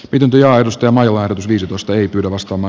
yty ja aidosti major viisitoista yklta vastaava